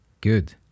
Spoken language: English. good